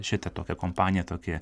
tokią kompaniją tokį